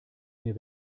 mir